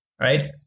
right